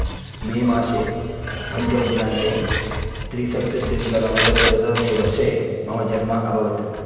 मे मासे पञ्चमदिनाङ्के त्रिसप्तत्यधिकनवदशशततमे वर्षे मम जन्म अभवत्